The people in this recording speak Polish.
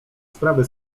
sprawy